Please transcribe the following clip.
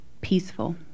peaceful